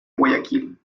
guayaquil